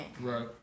Right